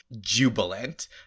jubilant